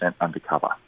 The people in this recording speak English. undercover